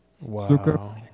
Wow